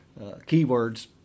keywords